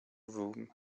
room